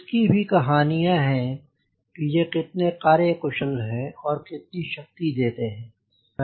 इसकी भी कहानियां हैं कि ये कितने कार्य कुशल हैं और कितनी शक्ति देते हैं